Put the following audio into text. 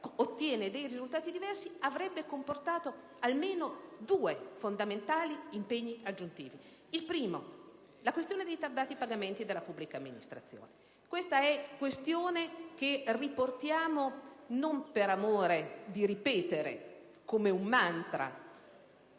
ottiene dei risultati diversi, avrebbe comportato almeno due fondamentali impegni aggiuntivi: in primo luogo quello relativo alla questione dei tardati pagamenti della pubblica amministrazione, questione che riportiamo non perché amiamo ripetere come un mantra